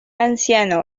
anciano